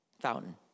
fountain